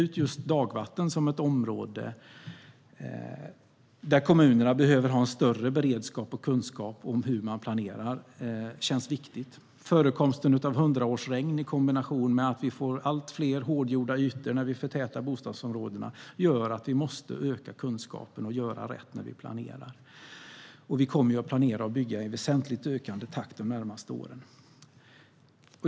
Att peka ut dagvattnet som ett område där kommunerna behöver ha bättre beredskap och större kunskap om hur man planerar känns viktigt. Förekomsten av hundraårsregn i kombination med att vi får allt fler hårdgjorda ytor när vi förtätar bostadsområdena gör att vi måste öka kunskapen och göra rätt när vi planerar. Vi kommer att planera och bygga i en väsentligt ökande takt de närmaste åren.